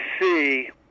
see